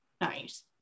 Nice